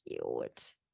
cute